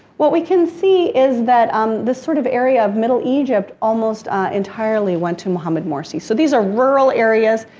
what we can see is that um this sort of area of middle egypt almost entirely went to mohamed morsi. so, these are rural areas,